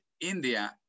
India